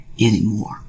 anymore